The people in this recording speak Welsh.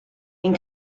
ein